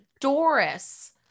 doris